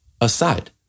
aside